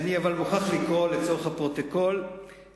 לצורך הפרוטוקול אני מוכרח לקרוא.